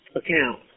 account